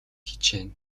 хичээнэ